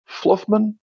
Fluffman